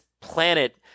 planet